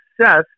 success